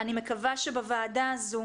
אני מקווה שבוועדה הזו,